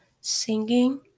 singing